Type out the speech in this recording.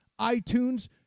iTunes